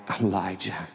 Elijah